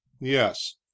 yes